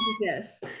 yes